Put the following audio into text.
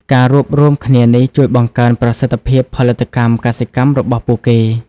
ការរួបរួមគ្នានេះជួយបង្កើនប្រសិទ្ធភាពផលិតកម្មកសិកម្មរបស់ពួកគេ។